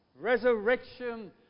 resurrection